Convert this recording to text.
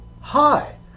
hi